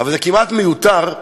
אבל זה כמעט מיותר,